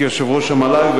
כיושב-ראש המל"ג,